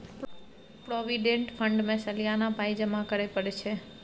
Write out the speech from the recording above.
provident fund मे सलियाना पाइ जमा करय परय छै